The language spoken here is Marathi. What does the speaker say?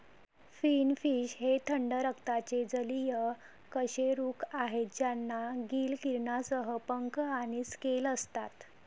फिनफिश हे थंड रक्ताचे जलीय कशेरुक आहेत ज्यांना गिल किरणांसह पंख आणि स्केल असतात